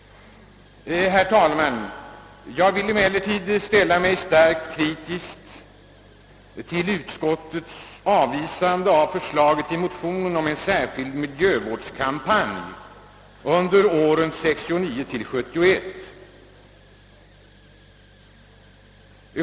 Herr talman! Jag ställer mig emellertid mycket starkt kritisk till utskottets avvisande av förslaget i motionen om 'en särskild miljövårdskampanj under åren 1969—1971.